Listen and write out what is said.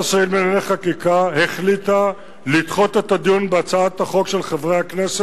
יש לך חמש דקות אחר כך.